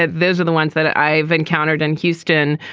those are the ones that i've encountered in houston,